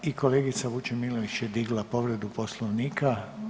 I kolegica Vučemilović je digla povredu Poslovnika.